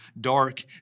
dark